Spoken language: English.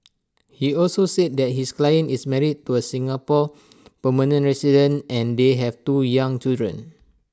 he also said that his client is married to A Singapore permanent resident and they have two young children